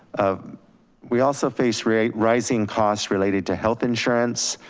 um we also face rate, rising costs related to health insurance.